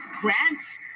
grants